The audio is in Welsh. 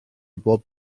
bob